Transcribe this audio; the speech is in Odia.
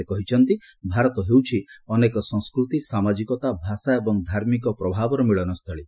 ସେ କହିଛନ୍ତି ଭାରତ ହେଉଛି ଅନେକ ସଂସ୍କୃତି ସାମାଜିକତା ଭାଷା ଏବଂ ଧାର୍ମିକ ପ୍ରଭାବର ମିଳନ ସ୍ଥଳୀ